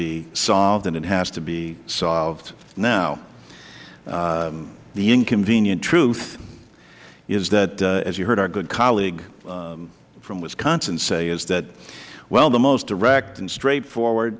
be solved and it has to be solved now the inconvenient truth is that as you heard our good colleague from wisconsin say that well the most direct and straightforward